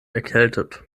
erkältet